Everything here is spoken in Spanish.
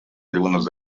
algunos